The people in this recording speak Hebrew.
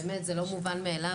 באמת זה לא מובן מאליו,